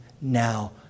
now